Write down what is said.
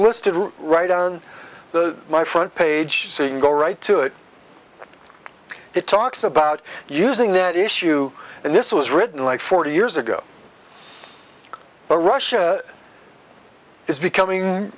listed right on the my front page saying go right to it it talks about using that issue and this was written like forty years ago but russia is becoming